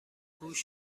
هوش